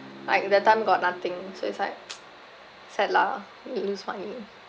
like that time got nothing so it's like sad lah you lose money